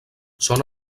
són